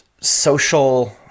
social